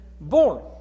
born